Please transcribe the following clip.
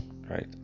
right